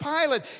Pilate